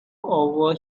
over